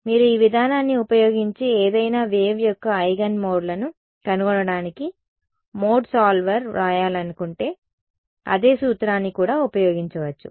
మీరు ఈ విధానాన్ని ఉపయోగించి ఏదైనా వేవ్ యొక్క ఐగన్ మోడ్లను కనుగొనడానికి మోడ్ సాల్వర్ను వ్రాయాలనుకుంటే అదే సూత్రాన్ని కూడా ఉపయోగించవచ్చు